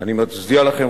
אני מצדיע לכם,